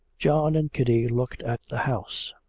john and kitty looked at the house.